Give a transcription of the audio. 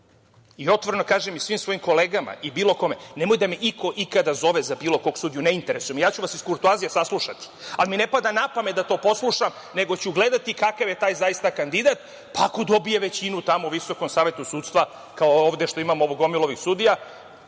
i otvoreno kažem svim svojim kolegama i bilo kome – nemoj da me iko ikada zove za bilo kog sudiju, ne interesuje me. Ja ću vas iz kurtoazije saslušati, ali mi ne pada na pamet da to poslušam, nego ću gledati kakav je taj zaista kandidat, pa ako dobije većinu u VSS, kao ovde što imamo gomilu sudiju,